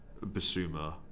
Basuma